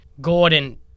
Gordon